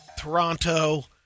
Toronto